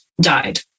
died